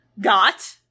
got